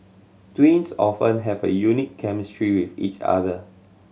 twins often have a unique chemistry with each other